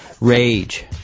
Rage